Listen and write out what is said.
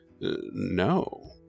No